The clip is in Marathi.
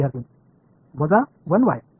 विद्यार्थीः वजा 1 वाय